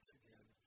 again